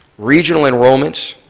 regional and roman's,